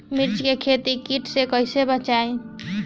मिर्च के खेती कीट से कइसे बचाई?